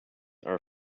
are